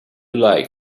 like